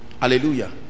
hallelujah